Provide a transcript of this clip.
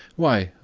why,